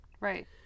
Right